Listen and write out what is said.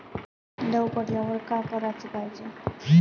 दव पडल्यावर का कराच पायजे?